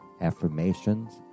affirmations